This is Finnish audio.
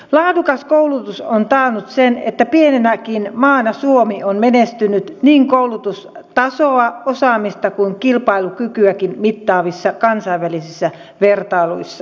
laadukas koulutus on taannut sen että pienenäkin maana suomi on menestynyt niin koulutustasoa osaamista kuin kilpailukykyäkin mittaavissa kansainvälisissä vertailuissa